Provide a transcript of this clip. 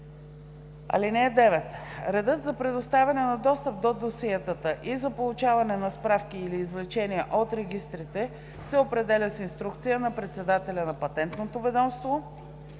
(9) Редът за предоставяне на достъп до досиетата и за получаване на справки или извлечения от регистрите се определя с инструкция на председателя на Патентното ведомство.”